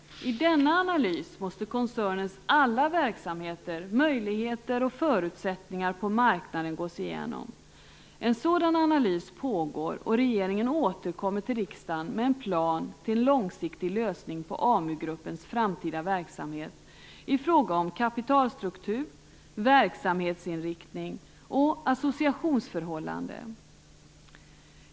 I denna analys måste koncernens alla verksamheter, möjligheter och förutsättningar på marknaden gås igenom. En sådan analys pågår, och regeringen återkommer till riksdagen med en plan till en långsiktig lösning på Amu-gruppens framtida verksamhet i fråga om kapitalstruktur, verksamhetsinriktning och associationsförhållanden.